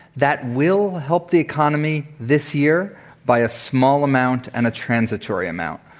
that will help the economy this year by a small amount and a transitory amount.